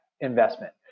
investment